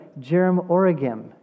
Jerem-Oregim